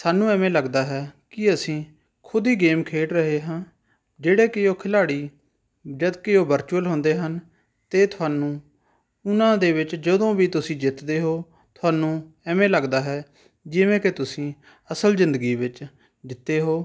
ਸਾਨੂੰ ਐਵੇਂ ਲੱਗਦਾ ਹੈ ਕਿ ਅਸੀਂ ਖੁਦ ਹੀ ਗੇਮ ਖੇਡ ਰਹੇ ਹਾਂ ਜਿਹੜੇ ਕਿ ਉਹ ਖਿਲਾੜੀ ਜਦਕਿ ਉਹ ਵਰਚੁਅਲ ਹੁੰਦੇ ਹਨ ਅਤੇ ਤੁਹਾਨੂੰ ਉਹਨਾਂ ਦੇ ਵਿੱਚ ਜਦੋਂ ਵੀ ਤੁਸੀਂ ਜਿੱਤਦੇ ਹੋ ਤੁਹਾਨੂੰ ਐਵੇਂ ਲੱਗਦਾ ਹੈ ਜਿਵੇਂ ਕਿ ਤੁਸੀਂ ਅਸਲ ਜ਼ਿੰਦਗੀ ਵਿੱਚ ਜਿੱਤੇ ਹੋ